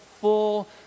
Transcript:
full